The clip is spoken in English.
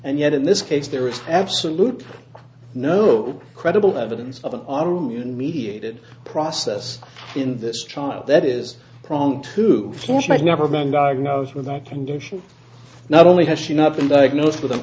and yet in this case there is absolutely no credible evidence of an army and mediated process in this trial that is a problem to flush i've never been diagnosed with that condition not only has she not been diagnosed with an